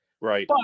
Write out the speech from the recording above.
Right